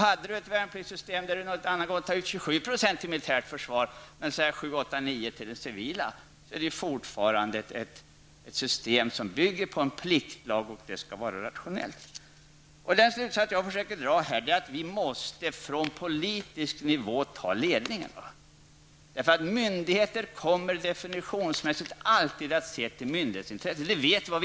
Hade vi ett värnpliktssystem där vi tog ut 27 % till militärt försvar och 7--9 % till det civila försvaret vore det fortfarande ett system som byggde på en pliktlag och det skulle vara rationellt. Den slutsats jag här försöker dra är att vi från politisk nivå måste ta ledningen. Myndigheter kommer definitionsmässigt alltid att se till myndighetsintresset.